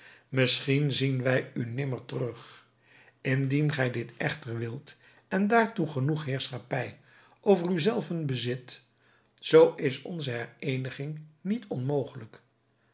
misschien zien wij u nimmer terug indien gij dit echter wilt en daartoe genoeg heerschappij over u zelven bezit zoo is onze hereeniging niet onmogelijk